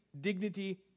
dignity